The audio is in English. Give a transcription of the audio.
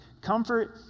Comfort